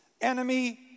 enemy